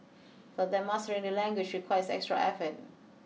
for them mastering the language requires extra effort